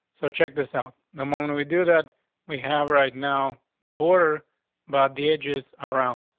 so check this out. the moment we do that we have right now the border about the edges around.